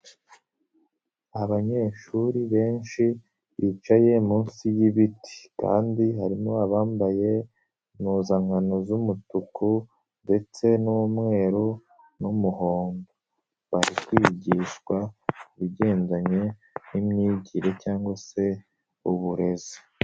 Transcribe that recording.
Abanyeshuri benshi bicaye munsi y'ibiti, kandi harimo abambaye impuzankano z'umutuku ndetse n'umweru n'umuhondo, bari kwigishwa ibigendanye n'imyigire cyangwa se uburezi.